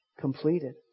completed